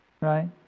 Right